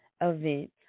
event